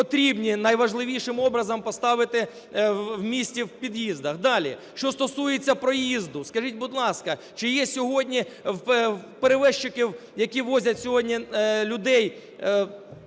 потрібні найважливішим образом поставити в місті в під'їздах. Далі. Що стосується проїзду. Скажіть, будь ласка, чи є сьогодні в перевізників, які возять сьогодні людей,